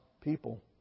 people